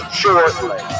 shortly